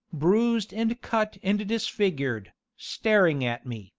bruised and cut and disfigured, staring at me,